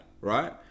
right